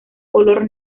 color